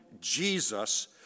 Jesus